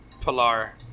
Pilar